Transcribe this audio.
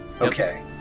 Okay